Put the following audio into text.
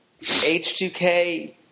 H2K